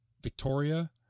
victoria